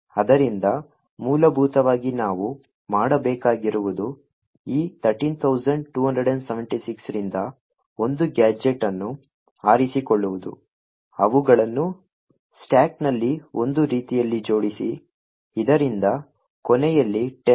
ಆದ್ದರಿಂದ ಮೂಲಭೂತವಾಗಿ ನಾವು ಮಾಡಬೇಕಾಗಿರುವುದು ಈ 13276 ರಿಂದ ಒಂದು ಗ್ಯಾಜೆಟ್ ಅನ್ನು ಆರಿಸಿಕೊಳ್ಳುವುದು ಅವುಗಳನ್ನು ಸ್ಟಾಕ್ನಲ್ಲಿ ಒಂದು ರೀತಿಯಲ್ಲಿ ಜೋಡಿಸಿ ಇದರಿಂದ ಕೊನೆಯಲ್ಲಿ 10